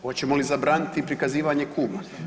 Hoćemo li zabraniti prikazivanje Kuma?